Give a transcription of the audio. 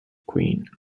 queen